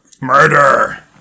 Murder